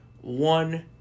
one